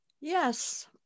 Yes